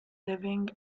living